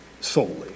solely